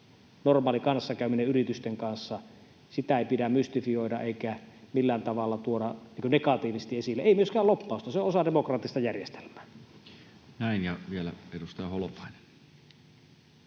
normaalia kanssakäymistä yritysten kanssa ei pidä mystifioida eikä millään tavalla tuoda negatiivisesti esille, ei myöskään lobbausta. Se on osa demokraattista järjestelmää. [Speech 222] Speaker: Toinen